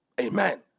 Amen